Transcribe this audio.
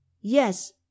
Yes